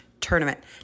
Tournament